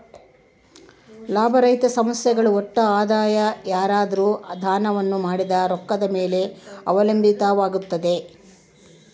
ಲಾಭರಹಿತ ಸಂಸ್ಥೆಗಳ ಒಟ್ಟು ಆದಾಯ ಯಾರಾದ್ರು ದಾನವನ್ನ ಮಾಡಿದ ರೊಕ್ಕದ ಮೇಲೆ ಅವಲಂಬಿತವಾಗುತ್ತೆ